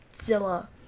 Zilla